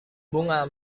bunga